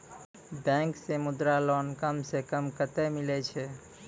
Bank से Mudra loan कम सऽ कम कतैय मिलैय छै?